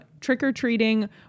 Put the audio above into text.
trick-or-treating